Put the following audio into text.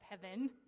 heaven